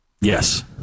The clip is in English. Yes